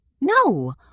No